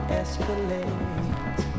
escalate